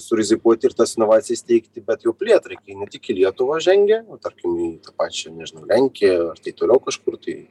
surizikuoti ir tas inovacijas steigti bent jau plėtrai kai ne tik į lietuvos žengia tarkim į pačią nežinau lenkiją ar tai toliau kažkur tai